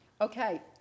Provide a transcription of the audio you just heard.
Okay